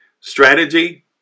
strategy